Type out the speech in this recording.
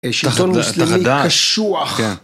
שלטון מוסלמי קשוח.